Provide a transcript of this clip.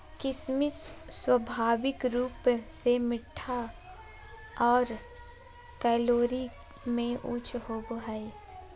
किशमिश स्वाभाविक रूप से मीठा आर कैलोरी में उच्च होवो हय